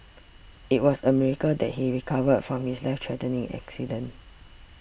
it was a miracle that he recovered from his life threatening accident